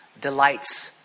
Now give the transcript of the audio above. delights